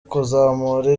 kuzamura